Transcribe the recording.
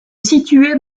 située